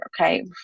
okay